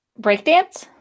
breakdance